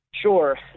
Sure